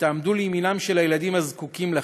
ותעמדו לימינם של הילדים הזקוקים לכם,